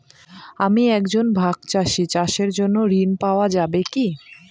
আমি একজন ভাগ চাষি চাষের জন্য ঋণ পাওয়া যাবে কি?